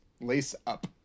Lace-up